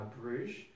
Bruges